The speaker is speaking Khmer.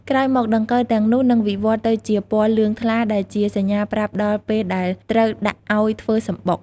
ក្រោយមក ដង្កូវទាំងនោះនឹងវិវត្តន៍ទៅជាពណ៌លឿងថ្លា ដែលជាសញ្ញាប្រាប់ដល់ពេលដែលត្រូវដាក់អោយធ្វើសំបុក។